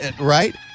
Right